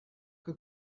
que